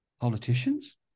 politicians